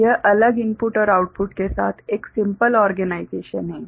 इसलिए यह अलग इनपुट और आउटपुट के साथ एक सिंपल ओर्गेनाइजेशन है